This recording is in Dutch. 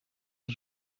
een